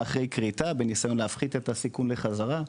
לאחר כריתה בניסיון להפחית את הסיכוי לחזרה,